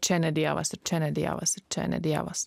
čia ne dievas ir čia ne dievas ir čia ne dievas